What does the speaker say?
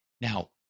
Now